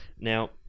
Now